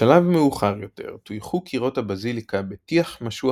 בשלב מאוחר יותר טויחו קירות הבזיליקה בטיח משוח